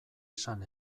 esan